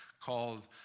called